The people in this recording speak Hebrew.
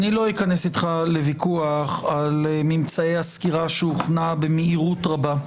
אני לא אכנס איתך לוויכוח על ממצאי הסקירה שהוכנה במהירות רבה.